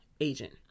agent